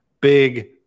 big